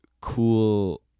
cool